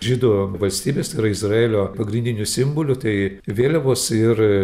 žydų valstybės tai yra izraelio pagrindiniu simboliu tai vėliavos ir